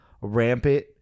rampant